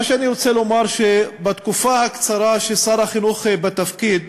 אני רוצה לומר שבתקופה הקצרה ששר החינוך בתפקיד